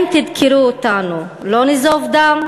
אם תדקרו אותנו, לא נזוב דם?